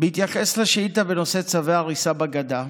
בהתייחס לשאילתה בנושא צווי הריסה בגדה,